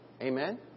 Amen